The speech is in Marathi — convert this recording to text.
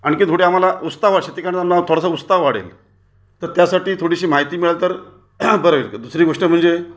आणखी थोडे आम्हाला उत्साह शेती करण्यासाठी थोडासा उत्साह वाढेल तर त्यासाठी थोडीशी माहिती मिळाली तर बरं दुसरी गोष्ट म्हणजे